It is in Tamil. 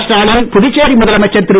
ஸ்டாலின் புதுச்சேரி முதலமைச்சர் திரு